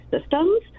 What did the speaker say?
systems